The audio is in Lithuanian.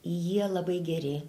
jie labai geri